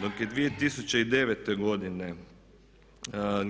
Dok je 2009.godine